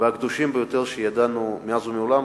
והקדושים ביותר שידענו מאז ומעולם.